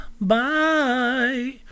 Bye